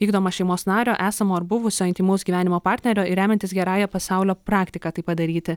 vykdomą šeimos nario esamo ar buvusio intymaus gyvenimo partnerio ir remiantis gerąja pasaulio praktika tai padaryti